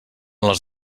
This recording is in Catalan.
les